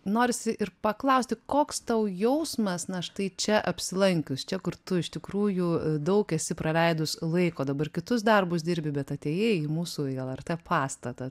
norisi ir paklausti koks tau jausmas na štai čia apsilankius čia kur tu iš tikrųjų daug esi praleidus laiko dabar kitus darbus dirbi bet atėjai į mūsų į lrt pastatą